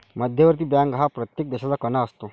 मध्यवर्ती बँक हा प्रत्येक देशाचा कणा असतो